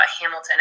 Hamilton